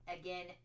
Again